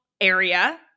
area